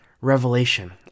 revelation